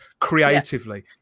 creatively